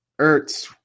Ertz